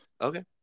Okay